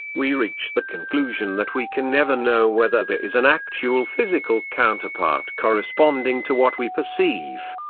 we reach the conclusion that we can never know whether there is an actual physical counterpart corresponding to what we perceive.